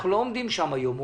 אנחנו לא עומדים שם היום.